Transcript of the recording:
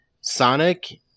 Sonic